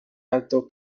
alto